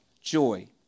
joy